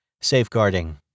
Safeguarding